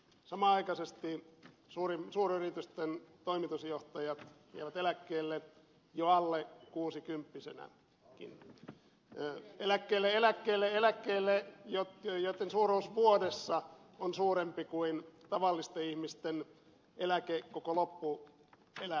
samanaikaisesti suuryritysten toimitusjohtajat jäävät eläkkeelle jo alle kuusikymppisinäkin eläkkeelle eläkkeelle eläkkeelle jonka suuruus vuodessa on suurempi kuin tavallisten ihmisten eläke koko loppuelämässä